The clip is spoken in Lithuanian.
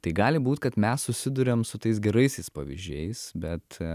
tai gali būt kad mes susiduriam su tais geraisiais pavyzdžiais bet